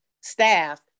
staff